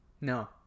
No